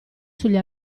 sugli